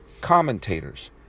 commentators